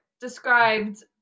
described